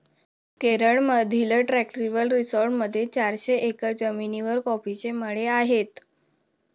केरळमधील ट्रँक्विल रिसॉर्टमध्ये चारशे एकर जमिनीवर कॉफीचे मळे आहेत